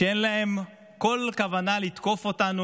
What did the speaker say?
שאין להם כל כוונה לתקוף אותנו,